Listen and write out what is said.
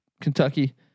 Kentucky